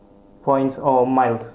points or miles